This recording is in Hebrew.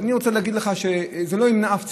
אני רוצה להגיד לך שזה לא ימנע אף ציבור.